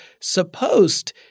supposed